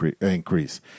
increase